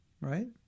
right